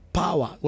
power